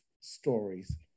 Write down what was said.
stories